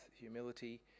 humility